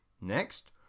Next